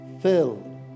filled